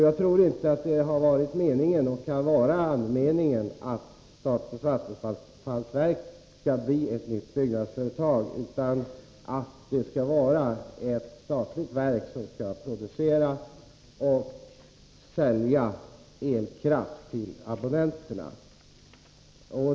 Jag tror inte att det kan vara andemeningen att statens vattenfallsverk skall bli ett nytt byggnadsföretag, utan att det skall vara ett statligt verk som skall producera och sälja elkraft till abonnenterna.